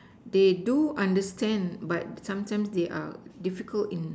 they do understand but sometimes they are difficult in